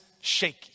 shaky